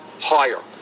higher